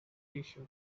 tissue